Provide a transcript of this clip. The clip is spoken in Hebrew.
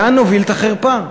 לאן נוביל את החרפה?